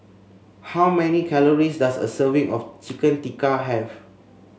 how many calories does a serving of Chicken Tikka have